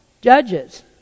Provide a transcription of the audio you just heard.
judges